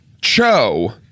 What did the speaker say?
Cho